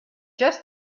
just